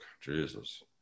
Jesus